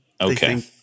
Okay